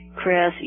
Chris